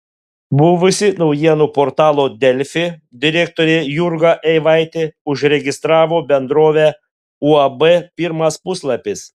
buvusi naujienų portalo delfi direktorė jurga eivaitė užregistravo bendrovę uab pirmas puslapis